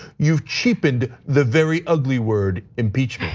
you've cheapened the very ugly word impeach